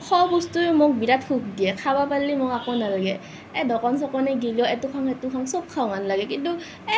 খোৱা বস্তুৱে মোক বিৰাত সুখ দিয়ে খাব পাৰিলে মোক একো নালাগে এই দোনাক চোকান গেলেও এইটো খাওঁ সেইটো খাওঁ চব খাওঁ খাওঁ লাগে কিন্তু